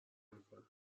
میکنم